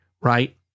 right